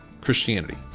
Christianity